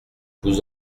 vous